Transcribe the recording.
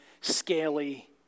scaly